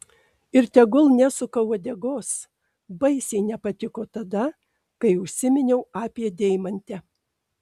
ir tegul nesuka uodegos baisiai nepatiko tada kai užsiminiau apie deimantę